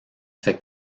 fait